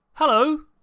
Hello